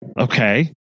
Okay